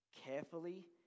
carefully